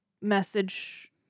message